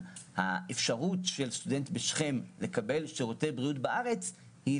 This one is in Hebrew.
האפשרות של סטודנט בשכם לקבל שירותי בריאות בארץ היא,